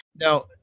Now